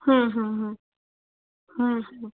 হুম হুম হুম হুম হুম